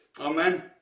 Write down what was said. Amen